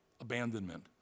Abandonment